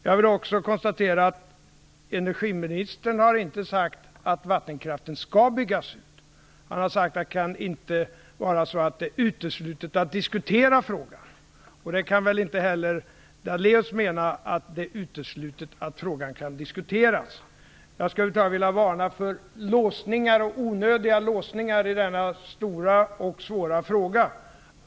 Jag vill säga att energiministern inte har sagt att vattenkraften skall byggas ut. Han har sagt att det inte kan vara uteslutet att diskutera frågan. Inte heller Lennart Daléus kan väl mena att det är uteslutet att frågan kan diskuteras. Jag vill varna för onödiga låsningar i denna stora och svåra fråga.